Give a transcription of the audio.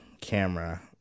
camera